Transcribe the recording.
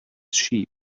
sheep